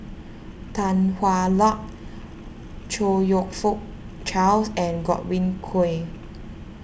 Tan Hwa Luck Chong You Fook Charles and Godwin Koay